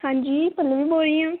ਹਾਂਜੀ ਪਲਵੀ ਬੋਲ ਰਹੀ ਹਾਂ